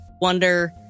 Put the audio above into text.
wonder